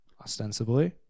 ostensibly